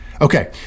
Okay